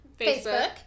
Facebook